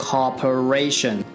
Corporation